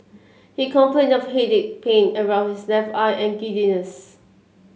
he complained of headache pain around his left eye and giddiness